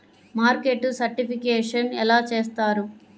Market certification ఎలా చేస్తారు?